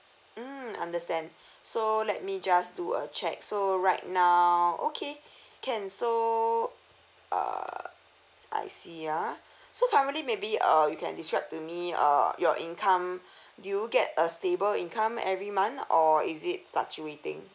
mm understand so let me just do a check so right now okay can so err I see ah so currently maybe err you can describe to me uh your income do you get a stable income every month or is it fluctuating